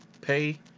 pay